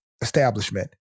establishment